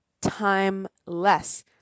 timeless